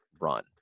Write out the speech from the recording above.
run